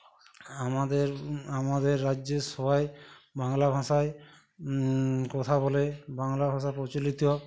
আমাদের আমাদের রাজ্যের সবাই বাংলা ভাষায় কথা বলে বাংলা ভাষা প্রচলিত